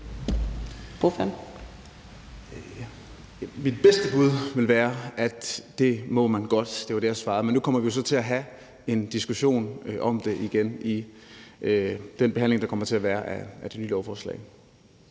Mit bedste bud vil være, at det må man godt. Det var det, jeg svarede. Men nu kommer vi jo så til at have en diskussion om det igen i den behandling, der kommer til at være af det nye lovforslag.